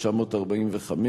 1945,